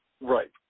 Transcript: Right